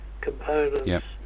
components